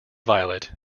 violet